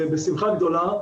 בשמחה גדולה,